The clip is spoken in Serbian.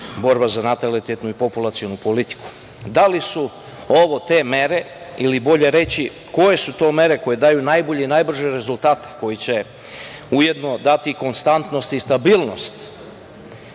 borba za natalitetnu i populacionu politiku. Da li su ovo te mere ili bolje reći koje su to mere koje daju najbolje i najbrže rezultate, koje će ujedno dati konstantnost i stabilnost?